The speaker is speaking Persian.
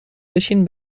بشین